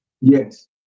Yes